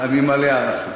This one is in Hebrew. אני מלא הערכה.